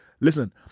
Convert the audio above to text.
Listen